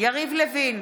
יריב לוין,